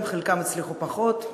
חלקם הצליחו פחות,